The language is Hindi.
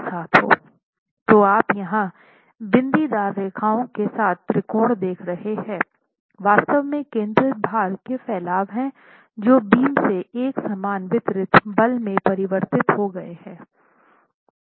तो आप यहाँ बिंदीदार रेखाओं के साथ त्रिकोण देख रहे हैं वास्तव में केंद्रित भार के फैलाव है जो बीम से एक समान वितरित बल में परिवर्तित हो गया हैं